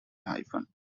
hyphen